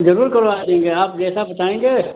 जरूर करवा लेंगे आप जैसा बताएँगे